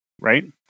right